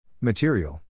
Material